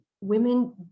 Women